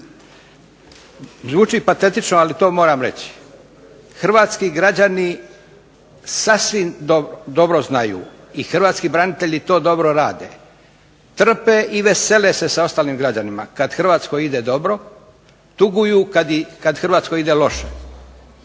Zvuči patetično, ali to moram reći. Hrvatski građani sasvim dobro znaju i hrvatski branitelji to dobro rade, trpe i vesele se sa ostalim građanima kad Hrvatskoj ide dobro, tuguju kad Hrvatskoj ide loše,